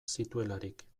zituelarik